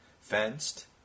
fenced